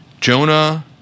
Jonah